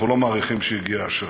אנחנו לא מעריכים שהגיעה השעה.